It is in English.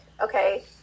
okay